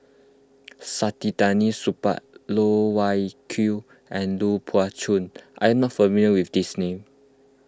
Saktiandi Supaat Loh Wai Kiew and Lui Pao Chuen are you not familiar with these names